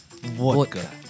Vodka